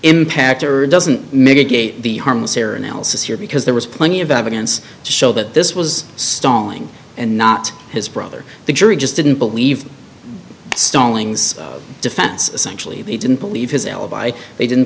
impactor it doesn't mitigate the harmless error analysis here because there was plenty of evidence to show that this was stalling and not his brother the jury just didn't believe stallings defense essentially they didn't believe his alibi they didn't